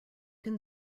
can